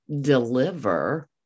deliver